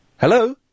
Hello